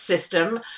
system